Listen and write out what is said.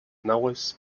genaues